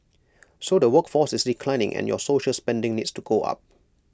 so the workforce is declining and your social spending needs to go up